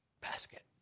basket